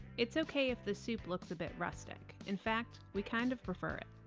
it's okay if the soup looks a bit rustic, in fact, we kind of prefer it.